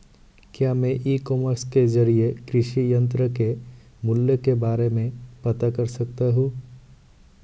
क्या मैं e commerce के ज़रिए कृषि यंत्र के मूल्य के बारे में पता कर सकता हूँ?